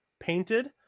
painted